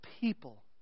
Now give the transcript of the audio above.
people